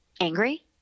angry